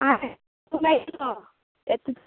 हय मेळटलो येता